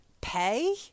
pay